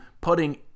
putting